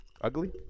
Ugly